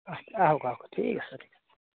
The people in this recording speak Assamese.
আহক আহক ঠিক আছে ঠিক আছে